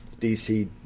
DC